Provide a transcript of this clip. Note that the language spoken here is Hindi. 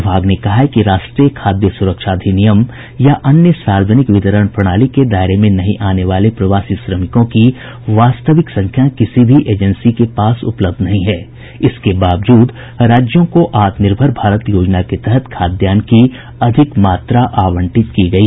विभाग ने कहा है कि राष्ट्रीय खाद्य सुरक्षा अधिनियम या अन्य सार्वजनिक वितरण प्रणाली के दायरे में नहीं आने वाले प्रवासी श्रमिकों की वास्तविक संख्या किसी भी एजेंसी के पास उपलब्ध नहीं है इसके बावजूद राज्यों को आत्मनिर्भर भारत योजना के तहत खाद्यान्न की अधिक मात्रा आवंटित की गयी